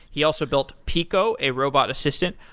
he also built peeqo a robot assistant.